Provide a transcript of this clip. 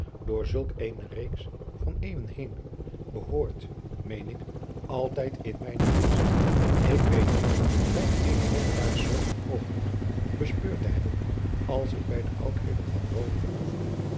door zulk eene reeks van eeuwen heen behoort meen ik altijd in mijnen geest ik weet niet welk eene wonderbare soort van hoogmoed bespeurd te hebben als ik bij de oudheden van ome vertoefde